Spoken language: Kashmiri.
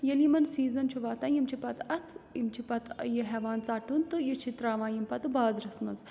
ییٚلہِ یِمَن سیٖزَن چھُ واتان یِم چھِ پَتہٕ اَتھ یِم چھِ پَتہٕ یہِ ہٮ۪وان ژَٹُن تہٕ یہِ چھِ ترٛاوان یِم پَتہٕ بازرَس منٛز